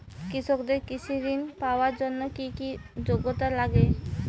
কৃষকদের কৃষি ঋণ পাওয়ার জন্য কী কী যোগ্যতা লাগে?